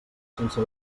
sense